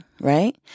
right